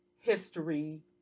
history